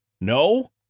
No